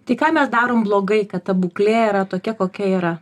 tai ką mes darome blogai kad ta būklė yra tokia kokia yra